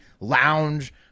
lounge